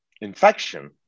infection